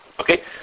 Okay